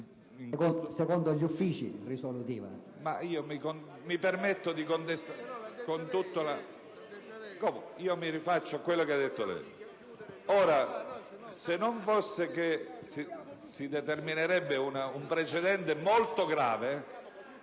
Secondo gli Uffici risolutiva.